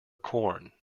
corn